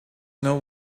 know